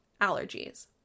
allergies